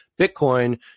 Bitcoin